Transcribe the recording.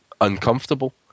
uncomfortable